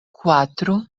quatro